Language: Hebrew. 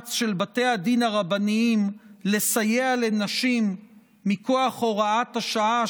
המאמץ של בתי הדין הרבניים לסייע לנשים מכוח הוראת השעה,